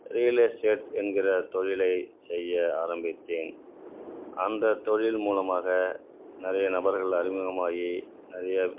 real estate என்கிற தொழிலை செய்ய ஆரம்பித்தேன் அந்த தொழில் மூலமாக நிறைய நபர்கள் அறிமுகமாகி நிறைய